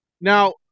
Now